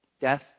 Death